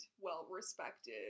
well-respected